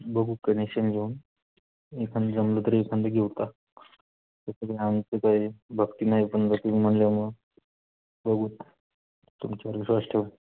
बघू कनेक्शन घेऊन एखादं जमलं तर एखादं घेऊ आता तसेही आमचे काय भक्ती नाही पण तुम्ही म्हटल्यामुळं बघू तुमच्यावर विश्वास ठेव